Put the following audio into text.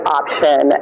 option